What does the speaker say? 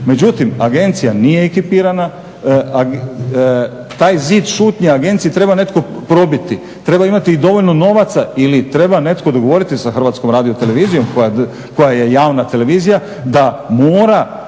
međutim agencija nije ekipirana. Taj zid šutnje u agenciji treba netko probiti, treba imati dovoljno novaca ili treba netko dogovoriti sa HRT-om koja je javna televizija da mora